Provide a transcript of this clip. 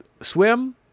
swim